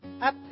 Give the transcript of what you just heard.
up